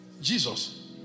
Jesus